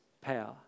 power